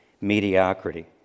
mediocrity